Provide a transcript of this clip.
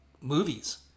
movies